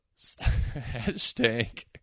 Hashtag